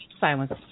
Silence